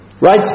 Right